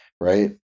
right